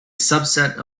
subset